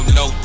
no